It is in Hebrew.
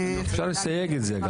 אפשר לסייג את זה גם